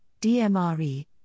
DMRE